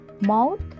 mouth